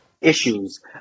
issues